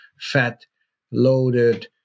fat-loaded